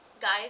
guys